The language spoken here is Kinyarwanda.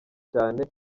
cyane